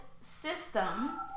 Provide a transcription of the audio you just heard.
system